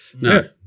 No